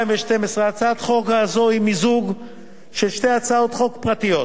זו היא מיזוג של שתי הצעות חוק פרטיות,